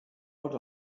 crowd